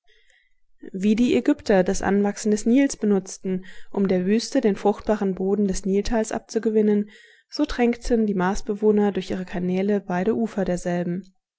wie die ägypter das anwachsen des nils benutzten um der wüste den fruchtbaren boden des niltals abzugewinnen so tränkten die marsbewohner durch ihre kanäle beide ufer derselben